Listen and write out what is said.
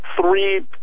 three